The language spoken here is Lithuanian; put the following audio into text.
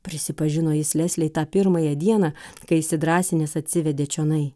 prisipažino jis leslei tą pirmąją dieną kai įsidrąsinęs atsivedė čionai